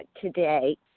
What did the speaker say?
today